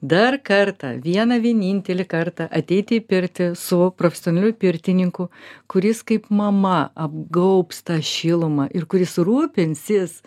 dar kartą vieną vienintelį kartą ateiti į pirtį su profesionaliu pirtininku kuris kaip mama apgaubs tą šilumą ir kuris rūpinsis